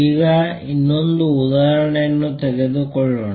ಈಗ ಇನ್ನೊಂದು ಉದಾಹರಣೆಯನ್ನು ತೆಗೆದುಕೊಳ್ಳೋಣ